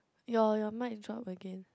your your mic drop again